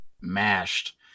mashed